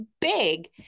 big